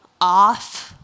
off